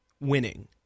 winning